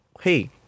hey